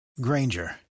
Granger